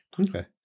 okay